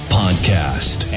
podcast